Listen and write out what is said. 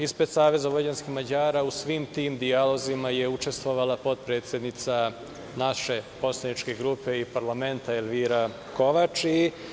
Ispred Saveza vojvođanskih Mađara u svim tim dijalozima je učestvovala potpredsednica naše poslaničke grupe i parlamenta Elvira Kovač.